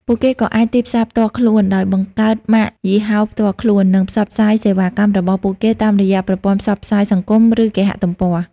ពួកគេក៏អាច ទីផ្សារផ្ទាល់ខ្លួន ដោយបង្កើតម៉ាកយីហោផ្ទាល់ខ្លួន និងផ្សព្វផ្សាយសេវាកម្មរបស់ពួកគេតាមរយៈប្រព័ន្ធផ្សព្វផ្សាយសង្គម ឬគេហទំព័រ។